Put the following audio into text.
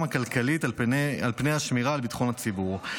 הכלכלית על פני השמירה על ביטחון הציבור.